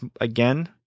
again